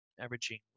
Averaging